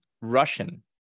Russian